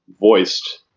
voiced